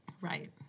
Right